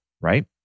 right